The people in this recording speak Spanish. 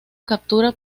captura